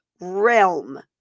realm